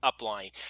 Upline